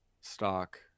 stock